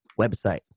website